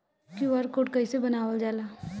QR code कइसे बनवाल जाला?